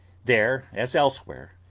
there, as elsewhere,